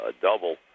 double